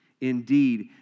Indeed